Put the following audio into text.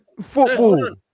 football